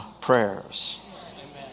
prayers